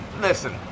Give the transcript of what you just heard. listen